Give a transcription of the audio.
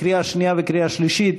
לקריאה שנייה וקריאה שלישית.